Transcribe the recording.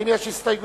האם יש הסתייגויות?